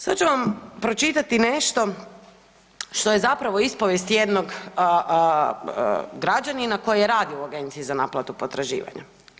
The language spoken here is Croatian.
Sad ću vam pročitati nešto što je zapravo ispovijest jednog građanina koji je radio u agenciji za naplatu potraživanja.